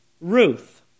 Ruth